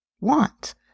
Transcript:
want